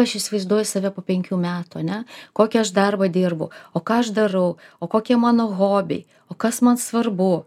aš įsivaizduoju save po penkių metų ane kokį aš darbą dirbu o ką aš darau o kokie mano hobiai o kas man svarbu